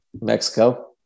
Mexico